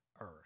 earth